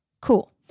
Cool